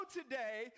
today